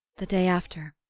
the day after.